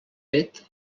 fet